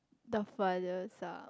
the furthest ah